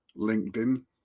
LinkedIn